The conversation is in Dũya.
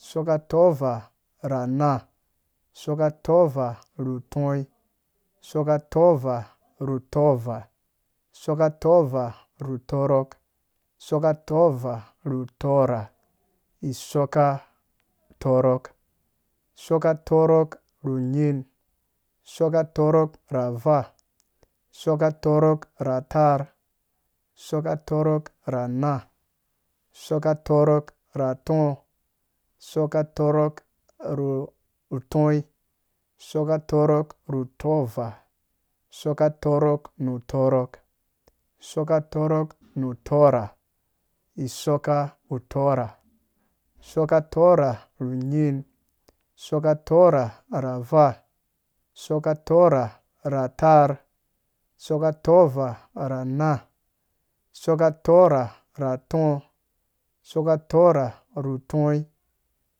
Isɔkka tɔvaa ra naa, isɔkka tɔvaa ru tɔi, isɔkka tɔvaa ru tɔvaa, isɔkka tɔvaa ru turɔk, isɔkka tɔvaa ru turra, isɔkka turɔk, isɔkka tɔrɔk runyin, isɔkka tɔrɔk ra vaa, isɔkka tɔrok ra naa, isɔkka tɔrɔk ra tɔɔ, isɔkka tɔrɔk ru tɔvaa, isɔkka tɔrɔk ru tɔrra, isɔkka tɔrra, isøka tɔrra, isɔkka tɔrra, isɔkka tɔrra ru nyin, isɔkka tɔrra ra vaa isɔkka tɔrra ra tarr, isɔkka tɔrra ra vaa, isɔkka tɔrra ra tarr, isɔkka tɔrra ra naa,